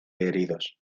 heridos